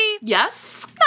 Yes